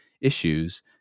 issues